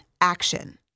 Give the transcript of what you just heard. action